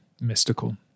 mystical